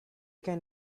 can